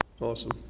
Awesome